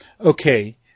Okay